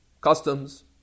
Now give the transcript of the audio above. customs